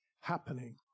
happening